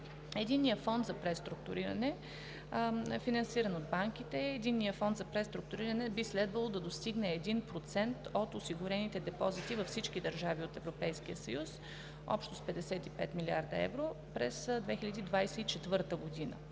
Единният фонд за преструктуриране е финансиран от банките и би следвало да достигне 1% от осигурените депозити във всички държави от Европейския съюз – общо с 55 млрд. евро през 2024 г.